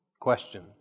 Question